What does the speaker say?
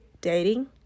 dating